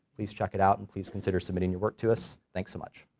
please check it out and please consider submitting your work to us. thanks so much.